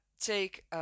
take